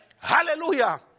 Hallelujah